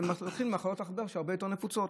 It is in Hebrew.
לוקחים מחלות שהרבה יותר נפוצות,